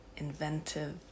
inventive